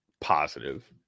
positive